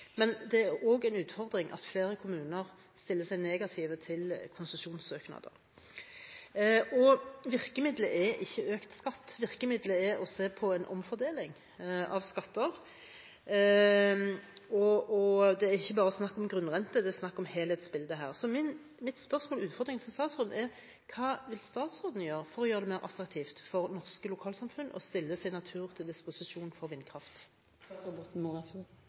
Men det er også en utfordring at flere kommuner stiller seg negative til konsesjonssøknader. Virkemiddelet er ikke økt skatt, virkemiddelet er å se på en omfordeling av skatter. Her er det ikke bare snakk om grunnrente, det er snakk om helhetsbildet. Mitt spørsmål og min utfordring til statsråden er: Hva vil statsråden gjøre for å gjøre det mer attraktivt for norske lokalsamfunn å stille sin natur til disposisjon for vindkraft?